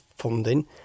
funding